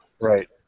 Right